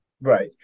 Right